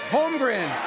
Holmgren